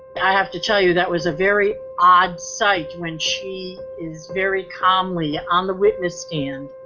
i have to tell you, that was a very odd sight when she is very calmly on the witness stand.